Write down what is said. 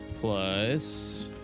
plus